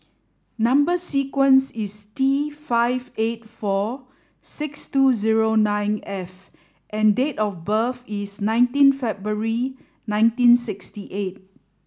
number sequence is T five eight four six two zero nine F and date of birth is nineteen February nineteen sixty eight